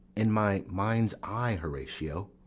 in my mind's eye, horatio.